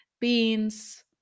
beans